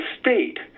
state